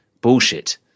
bullshit